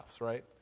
right